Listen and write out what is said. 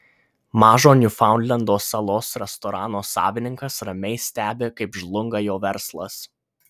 mažo niufaundlendo salos restorano savininkas ramiai stebi kaip žlunga jo verslas